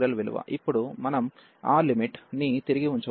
ఇప్పుడు మనం ఆ లిమిట్ ని తిరిగి ఉంచవచ్చు